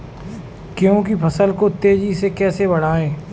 गेहूँ की फसल को तेजी से कैसे बढ़ाऊँ?